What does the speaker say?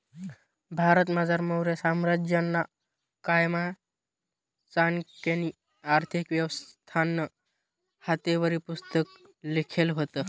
भारतमझार मौर्य साम्राज्यना कायमा चाणक्यनी आर्थिक व्यवस्थानं हातेवरी पुस्तक लिखेल व्हतं